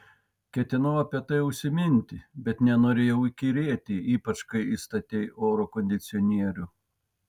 ketinau apie tai užsiminti bet nenorėjau įkyrėti ypač kai įstatei oro kondicionierių